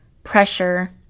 pressure